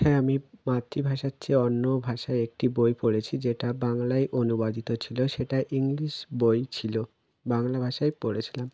হ্যাঁ আমি মাতৃভাষার চেয়ে অন্য ভাষায় একটি বই পড়েছি যেটা বাংলায় অনুবাদিত ছিল সেটা ইংলিশ বই ছিল বাংলা ভাষায় পড়েছিলাম